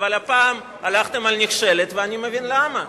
אבל הפעם הלכתם על "נכשלת" ואני מבין למה.